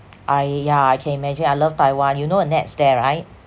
uh yeah I can imagine I love taiwan you know anette's there right